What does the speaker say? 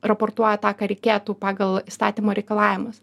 raportuoja tą ką reikėtų pagal įstatymo reikalavimus